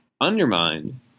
undermined